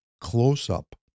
close-up